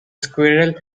squirrel